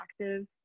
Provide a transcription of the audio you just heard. active